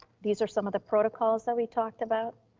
these are some of the protocols that we talked about.